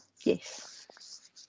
yes